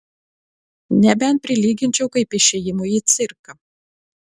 nebent prilyginčiau kaip išėjimui į cirką